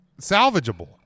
salvageable